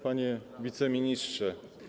Panie Wiceministrze!